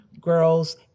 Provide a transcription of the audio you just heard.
girls